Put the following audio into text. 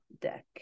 deck